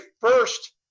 first